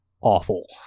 awful